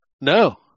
No